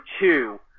two